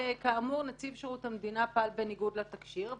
כאמור נציב שירות המדינה פעל בניגוד לתקשי"ר,